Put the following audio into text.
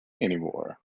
anymore